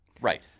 Right